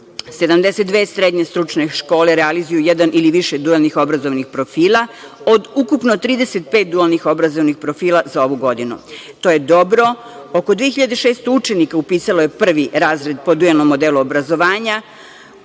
72 srednje stručne škole realizuju jedan ili više dualnih obrazovnih profila od ukupno 35 dualnih obrazovnih profila za ovu godinu. To je dobro. Oko 2.600 učenika upisalo je prvi razred po dualnom modelu obrazovanja,